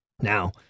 now